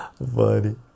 buddy